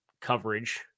coverage